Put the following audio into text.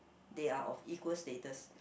they are of equal status